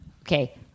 Okay